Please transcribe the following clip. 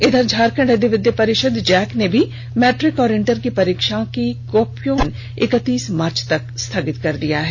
इधर झारखंड अधिविद परिषद जैक ने भी मैट्रिक और इंटर की परीक्षा की कॉपियों का मुल्यांकन इकतीस मार्च तक स्थगित कर दिया है